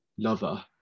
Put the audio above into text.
lover